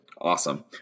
Awesome